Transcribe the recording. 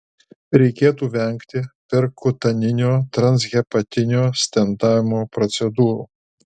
reikėtų vengti perkutaninio transhepatinio stentavimo procedūrų